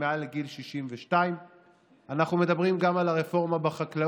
מעל גיל 62. אנחנו מדברים גם על הרפורמה בחקלאות,